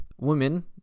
women